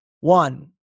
One